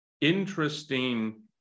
interesting